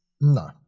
No